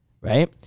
right